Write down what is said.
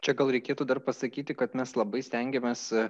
čia gal reikėtų dar pasakyti kad mes labai stengiamės